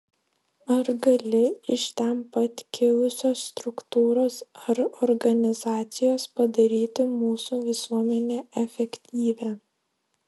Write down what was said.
ar gali iš ten pat kilusios struktūros ar organizacijos padaryti mūsų visuomenę efektyvią